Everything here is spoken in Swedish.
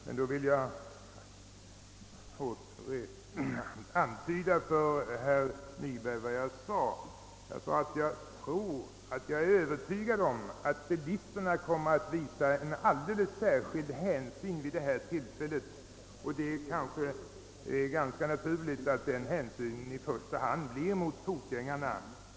Men jag sade, herr Nyberg, att jag är övertygad om att bilisterna kommer att visa alldeles särskild hänsyn vid detta tillfälle, och det är ganska naturligt att den hänsynen i första hand visas mot fotgängarna.